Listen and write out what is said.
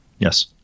Yes